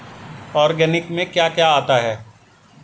Organic में क्या क्या आता है?